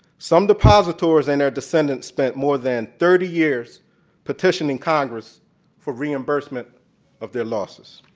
some depositors and their descendants spent more than thirty years petitioning congress for reimbursement of their losses.